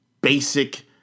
basic